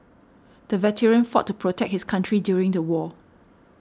the veteran fought to protect his country during the war